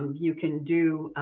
you can do,